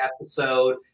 episode